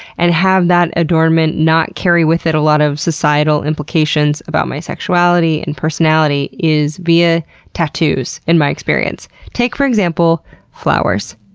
and have that adornment not carry with it a lot of societal implications about my sexuality and personality is via tattoos, in my experience. take for flowers.